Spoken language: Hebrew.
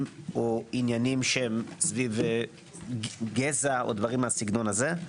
או עניינים שהם סביב גזע או דברים מהסגנון הזה,